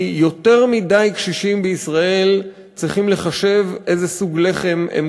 כי יותר מדי קשישים בישראל צריכים לחשב איזה סוג לחם הם